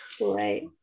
Right